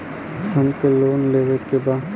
हमके लोन लेवे के बा?